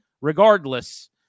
regardless